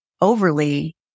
overly